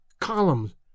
columns